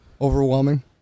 Overwhelming